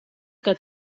que